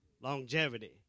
longevity